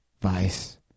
vice